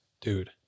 dude